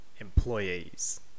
employees